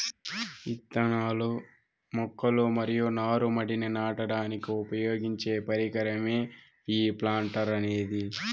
ఇత్తనాలు, మొక్కలు మరియు నారు మడిని నాటడానికి ఉపయోగించే పరికరమే ఈ ప్లాంటర్ అనేది